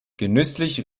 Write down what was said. genüsslich